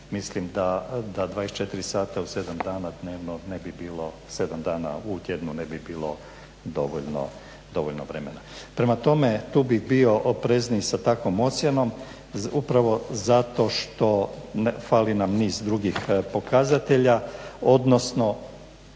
dnevno ne bi bilo, 7 dana u tjednu ne bi bilo dovoljno vremena. Prema tome, tu bih bio oprezniji sa takvom ocjenom, upravo zato što fali nam niz drugih pokazatelja, odnosno